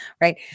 Right